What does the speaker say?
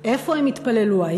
איפה הן יתפללו,